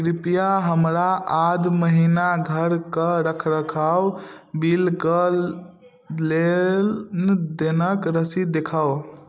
कृपया हमरा आध महिना घरके रखरखाव बिलके लेनदेनक रसीद देखाउ